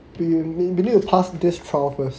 we need to pass this trial first